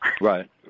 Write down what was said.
Right